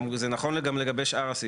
זה נכון גם לגבי שאר הסעיפים.